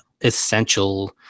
essential